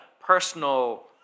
personal